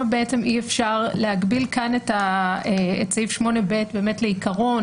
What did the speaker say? אי אפשר להגביל כאן את סעיף 8(ב) לעיקרון,